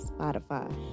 Spotify